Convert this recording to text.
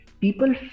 People